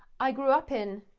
i grew up in.